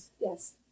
Yes